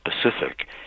Pacific